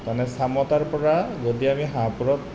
মানে চামতাৰ পৰা যদি আমি হাঁহপুৰত